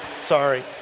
Sorry